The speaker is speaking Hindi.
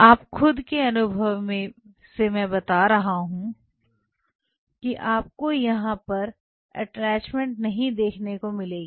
अपने खुद के अनुभव से मैं बता रहा हूं कि आपको यहां पर अटैचमेंट नहीं देखने को मिलेगी